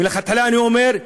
מלכתחילה אני אומר,